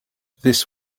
this